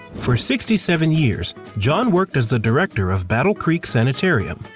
for sixty seven years, john worked as the director of battle creek sanitarium,